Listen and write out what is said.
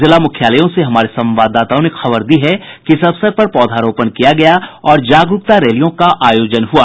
जिला मुख्यालयों से हमारे संवाददाताओं ने खबर दी है कि इस अवसर पर पौधारोपण किया गया और जागरूकता रैलियों का आयोजन हुआ